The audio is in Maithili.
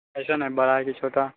कैसन हय बड़ा है की छोटा